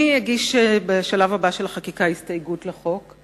אני אגיש בשלב הבא של החקיקה הסתייגות לחוק.